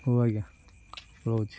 ହଉ ଆଜ୍ଞା ରହୁଛି